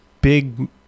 big